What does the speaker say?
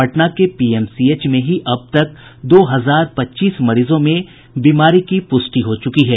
पटना के पीएमसीएच में ही अब तक दो हजार पच्चीस मरीजों में बीमारी की पुष्टि हो चुकी है